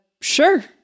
sure